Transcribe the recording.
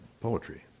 poetry